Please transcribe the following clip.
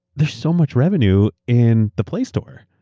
there's so much revenue in the play store.